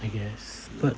I guess but